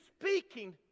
speaking